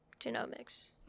genomics